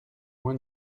moi